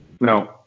No